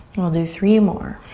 and i'll do three more.